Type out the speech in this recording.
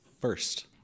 first